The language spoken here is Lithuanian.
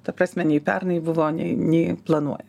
ta prasme nei pernai buvo nei nei planuoja